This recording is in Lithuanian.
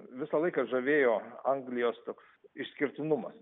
visą laiką žavėjo anglijos toks išskirtinumas